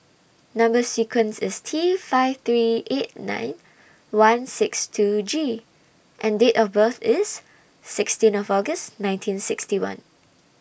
Number sequence IS T five three eight nine one six two G and Date of birth IS sixteen of August nineteen sixty one